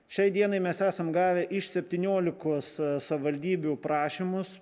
šiai dienai mes esam gavę iš septyniolikos savivaldybių prašymus